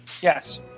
yes